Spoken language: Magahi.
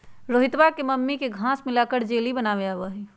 रोहितवा के मम्मी के घास्य मिलाकर जेली बनावे आवा हई